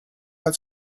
als